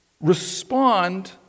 respond